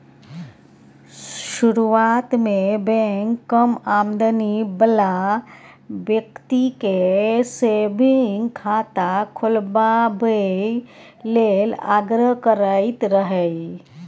शुरुआत मे बैंक कम आमदनी बला बेकती केँ सेबिंग खाता खोलबाबए लेल आग्रह करैत रहय